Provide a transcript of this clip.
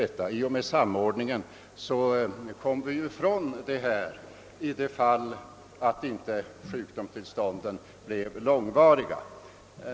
I och med samordningen kom vi ifrån dessa besvärligheter i den mån sjukdomstillstånden inte blev långvariga.